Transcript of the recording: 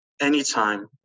anytime